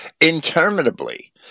interminably